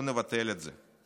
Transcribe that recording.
אנחנו נבטל את זה.